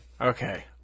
Okay